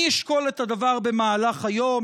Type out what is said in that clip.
אני אשקול את הדבר במהלך היום,